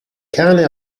cane